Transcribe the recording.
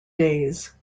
days